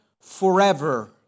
forever